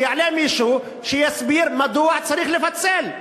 שיעלה מישהו שיסביר מדוע צריך לפצל,